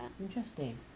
Interesting